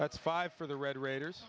that's five for the red raiders